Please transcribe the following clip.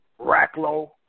Racklow